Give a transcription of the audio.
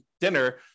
dinner